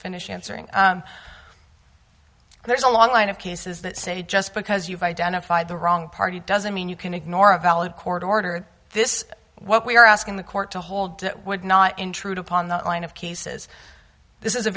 finish answering there's a long line of cases that say just because you've identified the wrong party doesn't mean you can ignore a valid court order this what we're asking the court to hold that would not intrude upon the line of cases this is a